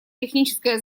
техническая